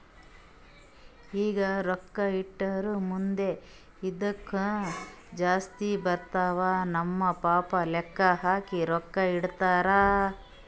ಈಗ ರೊಕ್ಕಾ ಇಟ್ಟುರ್ ಮುಂದ್ ಇದ್ದುಕ್ ಜಾಸ್ತಿ ಬರ್ತಾವ್ ನಮ್ ಪಪ್ಪಾ ಲೆಕ್ಕಾ ಹಾಕಿ ರೊಕ್ಕಾ ಇಟ್ಟಾರ್